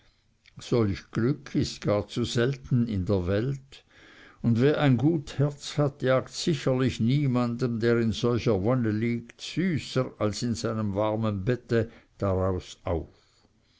glück ist gar zu selten in der welt und wer ein gut herz hat jagt sicherlich niemanden der in solcher wonne liegt süßer als in einem warmen bette daraus auf